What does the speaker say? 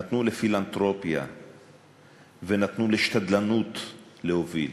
נתנו לפילנתרופיה ונתנו לשתדלנות להוביל.